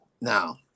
Now